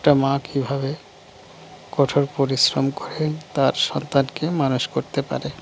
একটা মা কীভাবে কঠোর পরিশ্রম করে তার সন্তানকে মানুষ করতে পারে